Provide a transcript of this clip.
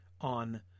on